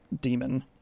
demon